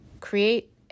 create